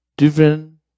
Different